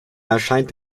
erscheint